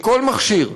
מכל מכשיר,